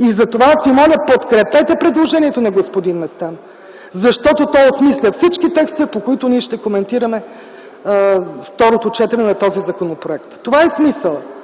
Затова аз ви моля: подкрепете предложението на господин Местан. Защото то осмисля всички текстове, по които ние ще коментираме второто четене на този законопроект. Това е смисълът.